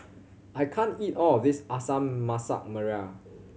I can't eat all of this Masak Merah